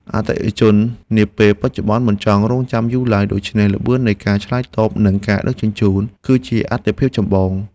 អតិថិជននាពេលបច្ចុប្បន្នមិនចង់រង់ចាំយូរឡើយ ដូច្នេះល្បឿននៃការឆ្លើយតប និងការដឹកជញ្ជូនគឺជាអាទិភាពចម្បង។